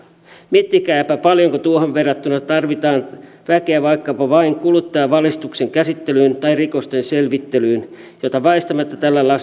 miettikääpä paljonko tuohon verrattuna tarvitaan väkeä vaikkapa vain kuluttajavalitusten käsittelyyn tai rikosten selvittelyyn jota väistämättä tällä